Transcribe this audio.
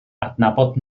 adnabod